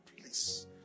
please